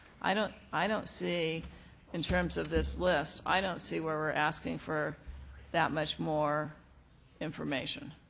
i don't i don't see in terms of this list, i don't see where we're asking for that much more information.